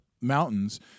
mountains